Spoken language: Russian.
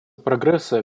прогресса